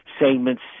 segments